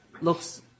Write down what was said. looks